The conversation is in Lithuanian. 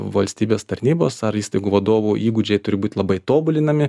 valstybės tarnybos ar įstaigų vadovų įgūdžiai turi būt labai tobulinami